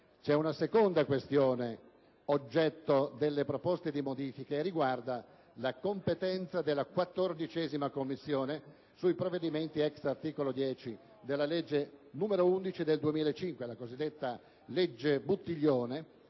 è una seconda questione, oggetto delle proposte di modifica, che riguarda la competenza della 14a Commissione sui provvedimenti *ex* articolo 10 della legge n. 11 del 2005, la cosiddetta legge Buttiglione,